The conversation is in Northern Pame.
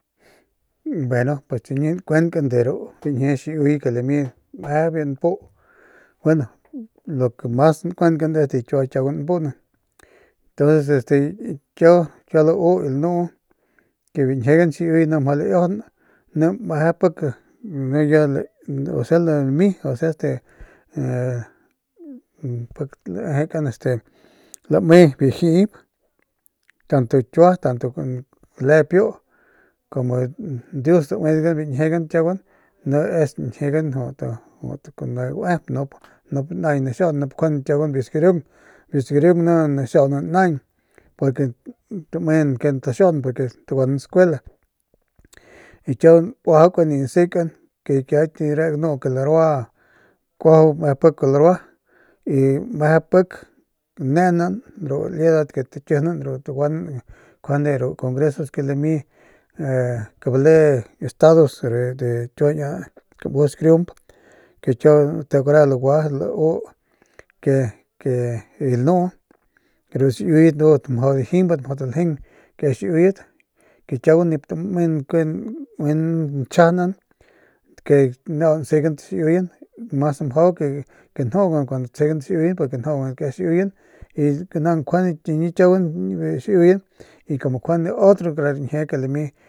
Bueno pues chiñi nkuenkan de ru rañjie xiiuy ke lami meje biu npu gueno lo que mas nkuenkan es de kiua kiauguan npuunan tnos este kiau lanu y lauuque biu ñjiegan xiiuy ndu mjau laiajaun ni meje pik meje pik osea este lami osea este pik gaejekan lami jiip tanto kiua tanto cle piu kumu dius dauigan biu ñjiegan es ñjiegan juiy kuna gauep nup naañ naxiaun nup njuande kiaguan biu xkariung biu xkariung ni naxiaunan naañ porque tamenan ke taxiunan purke taguan biu skuel y kiau nuajaukan y nsekan ke ya dere ganu ke larua meje pik kuajau larua meje pik neenat ru liedat ke takijinan njuande ru congresos ke lami mjau bale estados de de kiua kamus xkariump kiau nteo kara lagua lauu ke ke y la nuuru xiiuyet ndudat mjau dajimbat y taljeung ke kiauguan nip tamenan ke nchjijanan ke nau lasegan taxiiuyan purke njuugan ke es taxiiyen y mas mjauke njuugan cuando tsjegan taxiiuyen y kana njuande y chiñi kiaguan xiiuyen y kuna kjuane otro kara rañjie ke lami.